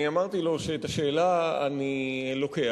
אני אמרתי לו שאת השאלה אני לוקח,